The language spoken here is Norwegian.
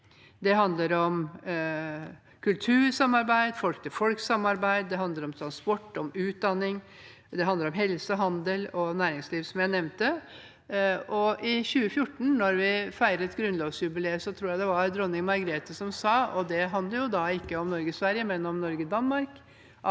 Det handler om kultursamarbeid, folk-til-folk-samarbeid, transport, utdanning, helse, handel og næringsliv, som jeg nevnte. I 2014, da vi feiret grunnlovsjubileet, tror jeg det var dronning Margrethe som sa at vi var to land, men ett folk. Det handlet ikke om Norge og Sverige, men om Norge og Danmark,